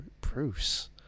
Bruce